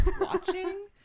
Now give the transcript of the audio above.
watching